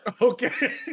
Okay